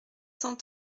cent